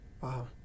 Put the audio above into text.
Wow